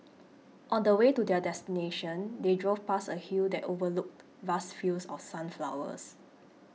on the way to their destination they drove past a hill that overlooked vast fields of sunflowers